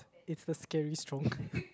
it's the scary strong